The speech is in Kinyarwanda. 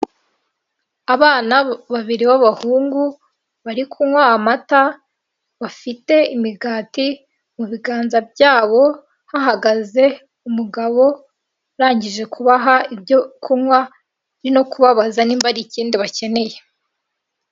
Abana babiri b'abahungu, bari kunywa amata, bafite imigati, mu biganza byabo, hahagaze umugabo urangije kubaha ibyo kunywa, no kubabaza niba hari ikindi bakeneye.